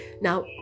Now